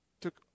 took